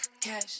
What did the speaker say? Cash